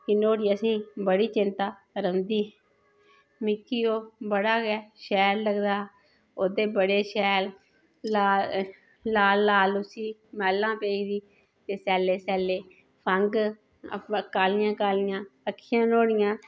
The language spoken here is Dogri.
कि नुआढ़ी असें गी बड़ी चिंता रौंहदी मिकी ओह् बडा गै शैल लगदा ओहदे बड़े शैल लाल लाल उसी माला पेदी सैल्ले सैल्ले फंघ कालियां कालियां अक्खियां नुआढ़ियां